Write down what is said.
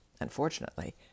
Unfortunately